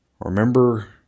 Remember